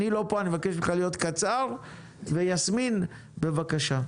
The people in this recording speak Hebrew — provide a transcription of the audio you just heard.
יסמין, בבקשה.